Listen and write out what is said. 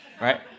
Right